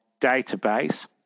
database